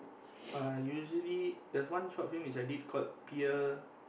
uh usually there's one short film which I did called peer